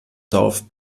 dorf